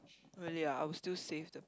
really ah I will still save the